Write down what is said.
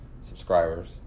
subscribers